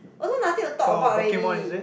also nothing to talk about already